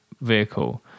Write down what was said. vehicle